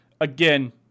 Again